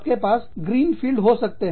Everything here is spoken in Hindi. आपके पास ग्रीन फील्ड हो सकते हैं